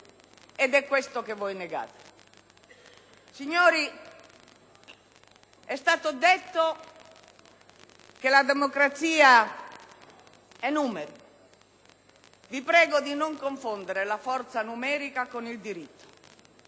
Ed è questo che voi negate. Signori, è stato detto che la democrazia è numeri: vi prego di non confondere la forza numerica con il diritto.